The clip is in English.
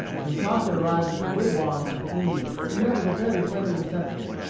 when crockett arrived at the wigwam of the indian he met with a very friendly reception.